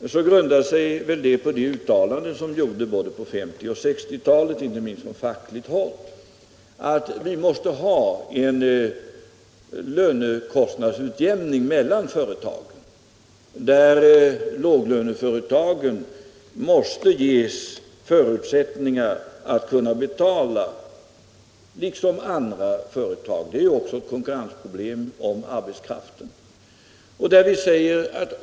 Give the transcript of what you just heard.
Han grundar väl den uppfattningen på de uttalanden som gjordes på 1950 och 1960-talen, inte minst från fackligt håll, att vi måste ha en lönekostnadsutjämning mellan företagen. Låglöneföretagen borde ges förutsättningar att betala samma löner som andra företag — det är också ett konkurrensproblem om arbetskraften.